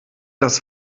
das